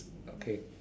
okay